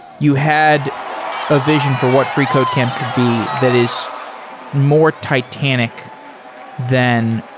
you had a vision for what freecodecamp could be that is more titanic than